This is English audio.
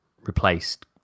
replaced